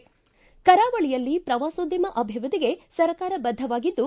ಕರಾವಳಿಯಲ್ಲಿ ಶ್ರವಾಸೋದ್ದಮ ಅಭಿವೃದ್ಧಿಗೆ ಸರ್ಕಾರ ಬದ್ಧವಾಗಿದ್ದು